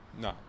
No